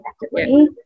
effectively